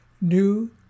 new